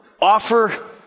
Offer